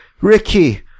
Ricky